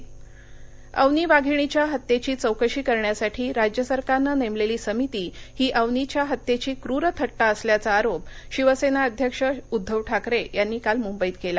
उद्धव ठाकरे अवनी वाधिणीच्या हत्येची चौकशी करण्यासाठी राज्य सरकारनं नेमलेली समिती ही अवनीच्या हत्येची क्रर थट्रा असल्याचा आरोप शिवसेना अध्यक्ष उद्धव ठाकरे यांनी काल मुंबईत केला